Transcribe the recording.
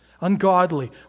ungodly